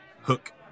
hook